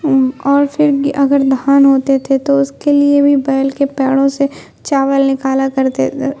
اور پھر اگر دھان ہوتے تھے تو اس کے لیے بھی بیل کے پیڑوں سے چاول نکالا کرتے